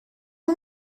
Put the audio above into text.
اون